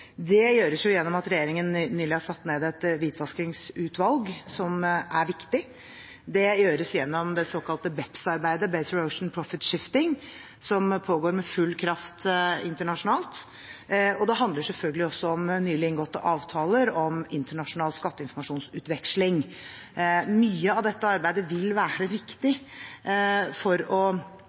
Det gjøres gjennom at regjeringen nylig har satt ned et hvitvaskingsutvalg, noe som er viktig. Det gjøres gjennom det såkalte BEPS-arbeidet, Base Erosion and Profit Shifting, som pågår med full kraft internasjonalt. Det handler selvfølgelig også om nylig inngåtte avtaler om internasjonal skatteinformasjonsutveksling. Mye av dette arbeidet vil være viktig for gradvis å